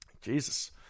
Jesus